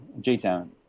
J-Town